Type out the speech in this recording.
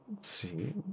see